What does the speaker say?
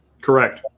Correct